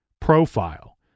profile